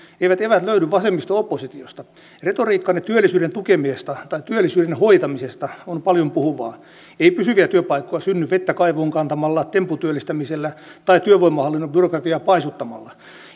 eivät eväät löydy vasemmisto oppositiosta retoriikkanne työllisyyden tukemisesta tai työllisyyden hoitamisesta on paljonpuhuvaa ei pysyviä työpaikkoja synny vettä kaivoon kantamalla tempputyöllistämisellä tai työvoimahallinnon byrokratiaa paisuttamalla